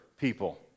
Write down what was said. people